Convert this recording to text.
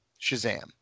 Shazam